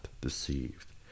deceived